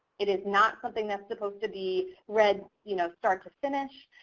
it is not something that's supposed to be read you know start to finish.